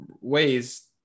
ways